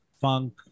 funk